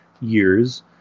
years